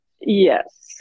Yes